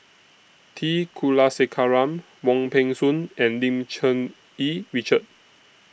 T Kulasekaram Wong Peng Soon and Lim Cherng Yih Richard